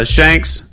Shanks